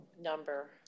number